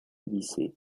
lycée